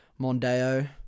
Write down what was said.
Mondeo